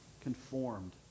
conformed